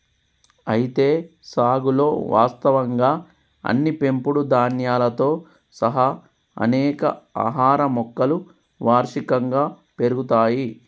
అయితే సాగులో వాస్తవంగా అన్ని పెంపుడు ధాన్యాలతో సహా అనేక ఆహార మొక్కలు వార్షికంగా పెరుగుతాయి